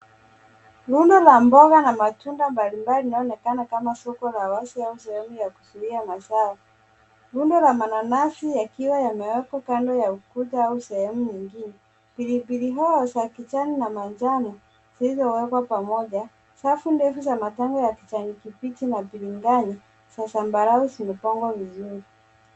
Rundo la mboga na matunda mbalimbali inayoonekana kama soko la wazi au sehemu ya kuuzia mazao. Rundo la mananasi yakiwa yamewekwa kando ya ukuta au sehemu nyingine, pilipili hoho za kijani na manjano zilizowekwa pamoja. Safu ndefu za matango ya kijani kibichi na biringanya za zambarau zimepangwa vizuri.